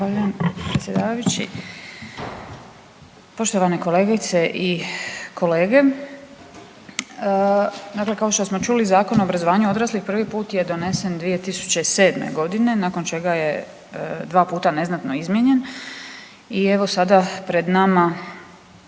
predsjedavajući. Poštovane kolegice i kolege dakle kao što smo čuli Zakon o obrazovanju odraslih prvi put je donesen 2007. godine nakon čega je 2 puta neznatno izmijenjen i evo sada pred nama